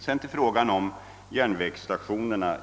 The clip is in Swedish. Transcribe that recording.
Så var det frågan om järnvägsstationerna.